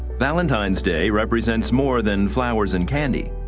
valentine's day represents more than flowers and candy.